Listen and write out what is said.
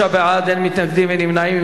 46 בעד, אין מתנגדים, אין נמנעים.